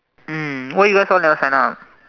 mm why you guys all never sign up